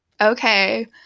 Okay